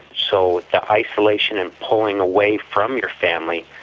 so the isolation and pulling away from your family,